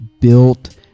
built